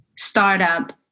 startup